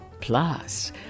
Plus